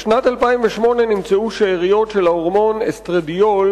בשנת 2008 נמצאו שאריות של ההורמון אסטרדיול